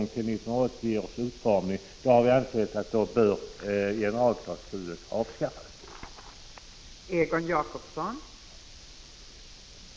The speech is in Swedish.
1985/86:49 generalklausulen bör avskaffas. 11 december 1985